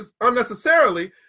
unnecessarily